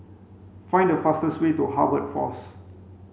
find the fastest way to Harvest Force